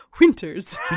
winters